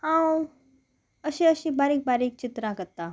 हांव अशी अशीं बारीक बारीक चित्रां करता